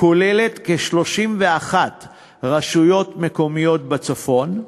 כוללת כ-31 רשויות מקומיות בצפון,